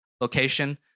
location